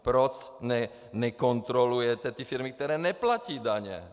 Proč nekontrolujete ty firmy, které neplatí daně?